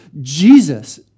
Jesus